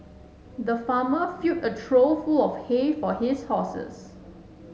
the farmer filled a trough full of hay for his horses